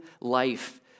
life